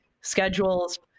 schedules